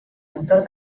motor